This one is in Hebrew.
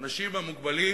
האנשים המוגבלים,